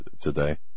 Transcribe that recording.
today